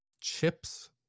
Chips